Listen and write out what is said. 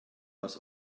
was